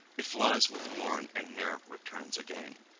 it flies with morn, and ne'er returns again.